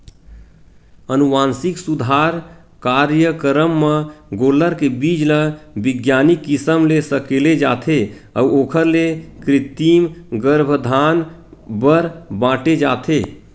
अनुवांसिक सुधार कारयकरम म गोल्लर के बीज ल बिग्यानिक किसम ले सकेले जाथे अउ ओखर ले कृतिम गरभधान बर बांटे जाथे